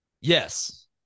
Yes